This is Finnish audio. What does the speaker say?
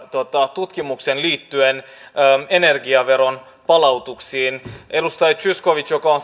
tutkimuksen liittyen energiaveron palautuksiin kun edustaja zyskowicz on